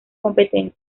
competencia